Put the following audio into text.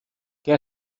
què